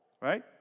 right